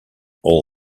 all